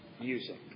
music